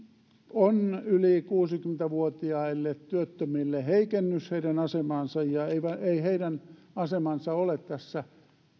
on yli kuusikymmentä vuotiaille työttömille heikennys heidän asemaansa heidän asemansa tässä